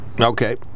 Okay